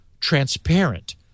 transparent